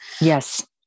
Yes